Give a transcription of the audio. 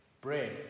bread